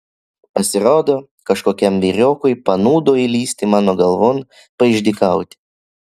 pasirodo kažkokiam vyriokui panūdo įlįsti mano galvon paišdykauti